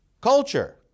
culture